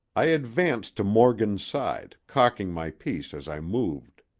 i advanced to morgan's side, cocking my piece as i moved.